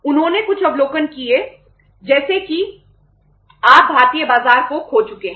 उन्होंने कुछ अवलोकन किए जैसे कि आप भारतीय बाजार को खो चुके हैं